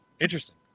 Interesting